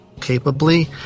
capably